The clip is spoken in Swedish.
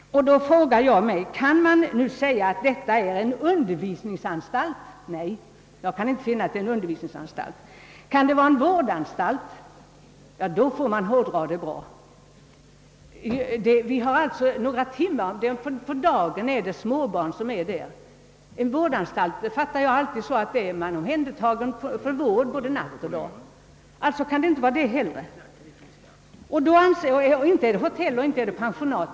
Kan man kalla detta en undervisningsanstalt? Nej, det kan jag inte finna. Kan det vara en vårdanstalt? Då får man hårdra begreppet bra mycket. Några timmar på dagen vistas småbarn där, men på en vårdanstalt är man omhändertagen för vård både natt och dag. Alltså kan det inte vara en sådan och inte heller ett hotell eller ett pensionat.